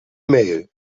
mail